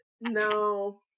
No